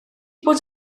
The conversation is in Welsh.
bod